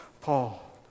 Paul